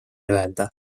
öelda